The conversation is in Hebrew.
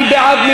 מי בעד?